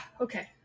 Okay